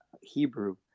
Hebrew